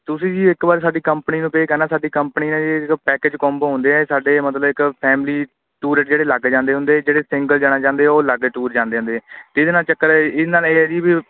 ਤੁਸੀਂ ਜੀ ਇੱਕ ਵਾਰ ਸਾਡੀ ਕੰਪਨੀ ਨੂੰ ਪੇ ਕਰਨਾ ਸਾਡੀ ਕੰਪਨੀ ਨੇ ਜੀ ਜਦੋਂ ਪੈਕੇਜ ਕੋਂਬੋ ਹੁੰਦੇ ਹੈ ਇਹ ਸਾਡੇ ਮਤਲਬ ਇੱਕ ਫੈਮਿਲੀ ਟੂਰ ਹੈ ਜਿਹੜੇ ਅਲੱਗ ਜਾਂਦੇ ਹੁੰਦੇ ਜਿਹੜੇ ਸਿੰਗਲ ਜਾਣਾ ਚਾਹੁੰਦੇ ਉਹ ਅਲੱਗ ਟੂਰ ਜਾਂਦੇ ਹੁੰਦੇ ਅਤੇ ਇਹਦੇ ਨਾਲ ਚੱਕਰ ਇਹ ਇਹਨਾਂ ਨਾਲ ਇਹ ਹੈ ਜੀ ਵੀ